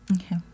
Okay